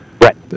Right